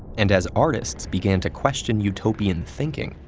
and as artists began to question utopian thinking,